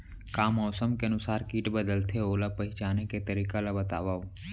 का मौसम के अनुसार किट बदलथे, ओला पहिचाने के तरीका ला बतावव?